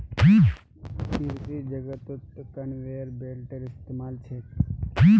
कृषि जगतत कन्वेयर बेल्टेर इस्तमाल छेक